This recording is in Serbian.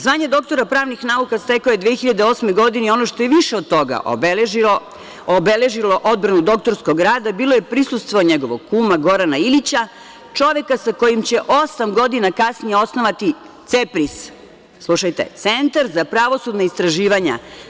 Zvanje doktora pravnih nauka stekao je 2008. godine i ono što je više od toga obeležilo, obeležilo odbranu doktorskog rada, bilo je prisustvo njegovog kuma Gorana Ilića, čoveka sa kojim će osam godina kasnije osnovati CEPRIS, slušajte – Centar za pravosudna istraživanja.